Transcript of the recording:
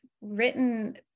written